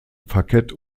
parkett